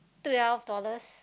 twelve dollars